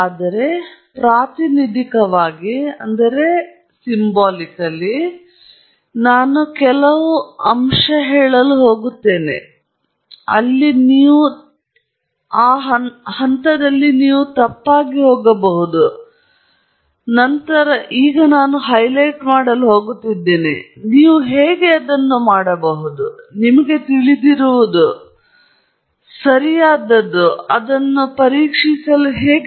ಆದರೆ ಪ್ರಾತಿನಿಧಿಕವಾಗಿ ನಾನು ಕೆಲವು ಸೆಳೆಯಲು ಹೋಗುತ್ತೇನೆ ನಾನು ಹೈಲೈಟ್ ಮಾಡಲು ಹೋಗುತ್ತೇನೆ ಅಲ್ಲಿ ನೀವು ತಪ್ಪಾಗಿ ಹೋಗಬಹುದು ಮತ್ತು ನಂತರ ನಾನು ಹೈಲೈಟ್ ಮಾಡಲು ಹೋಗುತ್ತಿದ್ದೇನೆ ನೀವು ಹೇಗೆ ಅದನ್ನು ಮಾಡಬಹುದು ನಿಮಗೆ ತಿಳಿದಿರುವುದು ಸರಿಯಾದದ್ದು ನೀವು ಅದನ್ನು ಪರೀಕ್ಷಿಸಲು ದಾಟಲು ಹೇಗೆ